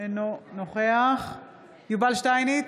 אינו נוכח יובל שטייניץ,